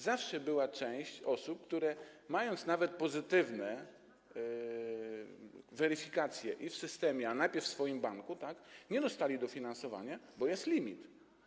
Zawsze była część osób, które nawet mając pozytywne weryfikacje w systemie, a najpierw w swoim banku, nie dostały dofinansowania, bo jest limit.